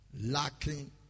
lacking